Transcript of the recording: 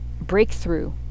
Breakthrough